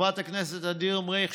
חברת הכנסת ע'דיר מריח,